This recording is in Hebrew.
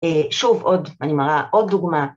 שוב עוד, אני מראה עוד דוגמה